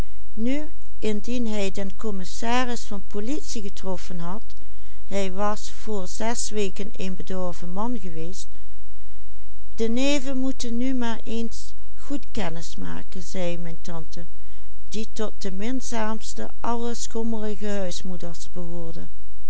zes weken een bedorven man geweest de neven moeten nu maar eens goed kennismaken zei mijn tante die tot de minzaamste aller schommelige huismoeders